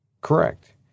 Correct